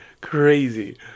crazy